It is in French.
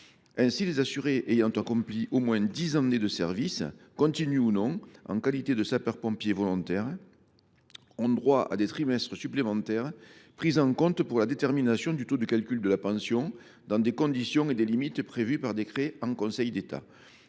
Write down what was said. Ainsi, les assurés ayant accompli au moins dix années de service, continues ou non, en qualité de sapeur pompier volontaire ont droit à des trimestres supplémentaires pris en compte pour la détermination du taux de calcul de la pension, dans des conditions et des limites prévues par décret en Conseil d’État.